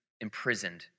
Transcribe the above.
imprisoned